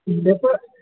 deco